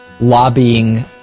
lobbying